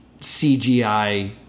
CGI